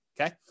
okay